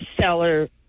seller